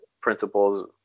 principles